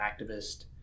activist